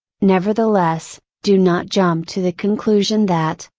nevertheless, do not jump to the conclusion that,